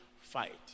fight